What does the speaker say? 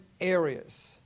areas